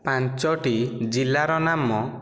ପାଞ୍ଚୋଟି ଜିଲ୍ଲାର ନାମ